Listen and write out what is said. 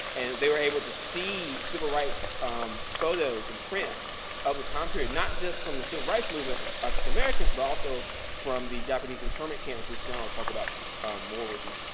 and they were able to see civil rights um photos and prints of the time period. not just from the civil rights movement with african-americans, but also from the japanese internment camps which john will talk about more with you.